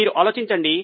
మీరు ఆలోచించండి